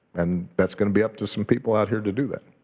and that's gonna be up to some people out here to do that.